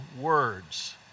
words